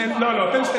תן שתי